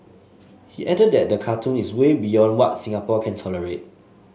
he added that the cartoon is way beyond what Singapore will tolerate